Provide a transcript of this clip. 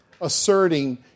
asserting